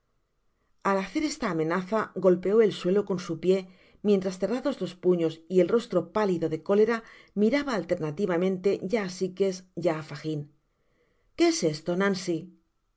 al hacer esta amenaza golpeó el suelo con su pié mientras cerrados los puños y el rostro pálido de cólera miraba alternativamente ya á sikes ya á fagin qué es esto nancy